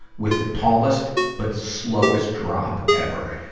with the tallest, but slowest drop ever.